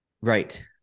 right